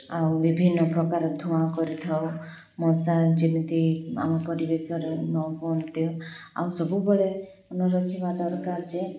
ଆଉ ବିଭିନ୍ନ ପ୍ରକାର ଧୂଆଁ କରିଥାଉ ମଶା ଯେମିତି ଆମ ପରିବେଶରେ ନ କୁଅନ୍ତେ ଆଉ ସବୁବେଳେ ମନ ରଖିବା ଦରକାର ଯେ